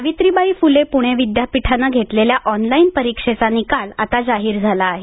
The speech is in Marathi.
सावित्रीबाई फुले पुणे विद्यापीठानं घेतलेल्या ऑनलाइन परीक्षेचा निकाल आता जाहीर झाला आहे